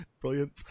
brilliant